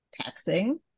taxing